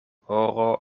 horo